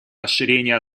расширения